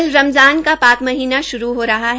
कल रमज़ान का पाक महीना शुय हो रहा है